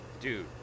dude